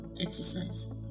exercise